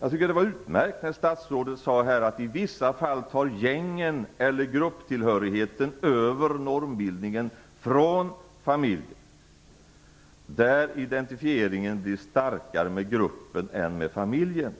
Jag tycker att det var utmärkt när statsrådet här sade att gängen eller grupptillhörigheten i vissa fall tar över normbildningen från familjen och att identifieringen med gruppen då blir starkare än med familjen.